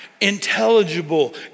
intelligible